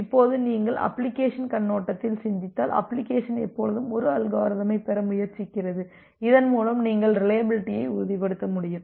இப்போது நீங்கள் அப்ளிகேஷன் கண்ணோட்டத்தில் சிந்தித்தால் அப்ளிகேஷன் எப்போதும் ஒரு அல்காரிதமைப் பெற முயற்சிக்கிறது இதன் மூலம் நீங்கள் ரிலையபிலிட்டியை உறுதிப்படுத்த முடியும்